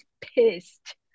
pissed